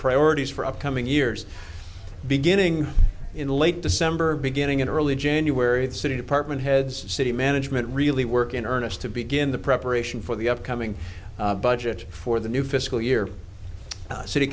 priorities for upcoming years beginning in late december beginning in early january the city department heads city management really work in earnest to begin the preparation for the upcoming budget for the new fiscal year city